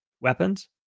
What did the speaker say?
weapons